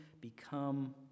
become